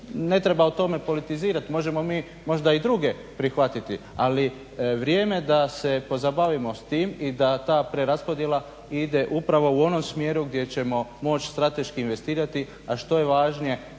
Ne treba o tome politirati možemo mi možda i druge prihvatiti, ali vrijeme je da se pozabavimo s tim i da ta preraspodjela ide upravo u onom smjeru gdje ćemo moći strateški investirati a što je više